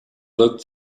looked